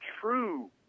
true